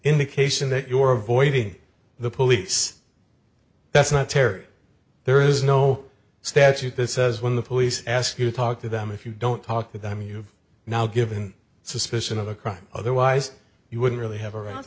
indication that you are avoiding the police that's not terror there is no statute that says when the police ask you to talk to them if you don't talk with them you've now given suspicion of a crime otherwise you wouldn't really have a